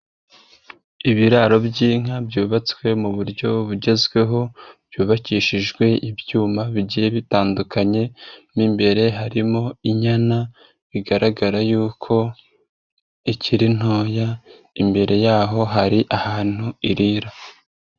Ibiraro by'inka byubatswe mu buryo bugezweho, byubakishijwe ibyuma bigiye bitandukanye, mo imbere harimo inyana, bigaragara yuko ikiri ntoya, imbere yaho hari ahantu irira.